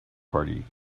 party